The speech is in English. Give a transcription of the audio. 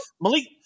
Malik